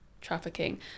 trafficking